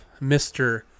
Mr